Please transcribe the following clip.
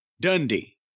Dundee